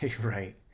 right